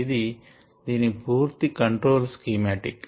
ఇది దీని పూర్తి కంట్రోల్ స్కీమాటిక్